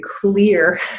clear